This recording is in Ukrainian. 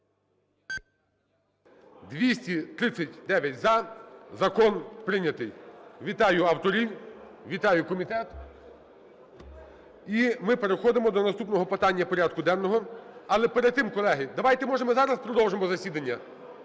За-239 Закон прийнятий. Вітаю авторів, вітаю комітет! І ми переходимо до наступного питання порядку денного. Але перед тим, колеги, давайте, може, ми зараз продовжимо засідання?